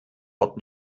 wird